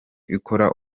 ikora